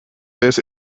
this